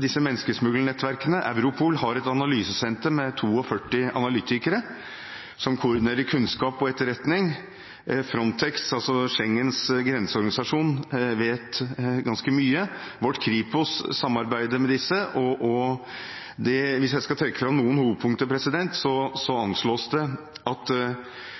disse menneskesmuglernettverkene? Europol har et analysesenter med 42 analytikere som koordinerer kunnskap og etterretning. Frontex, Schengens grenseorganisasjon, vet ganske mye, og vårt Kripos samarbeider med disse. Hvis jeg skal trekke fram noen hovedpunkter, så